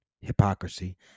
Hypocrisy